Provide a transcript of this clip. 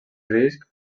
risc